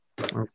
Okay